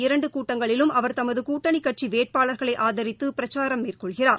இரண்டுகூட்டங்களிலும் அவர் தமதுகூட்டணிக் கட்சிவேட்பாளர்களைஆதரித்துபிரச்சாரம் மேலும் மேற்கொள்கிறார்